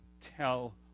tell